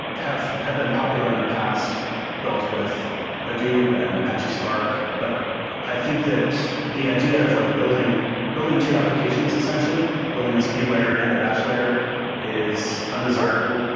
have have been popular in the past built with hadoop and apache spark, but i think that the idea of like building building two applications essentially, building a speed layer and a batch layer is undesirable,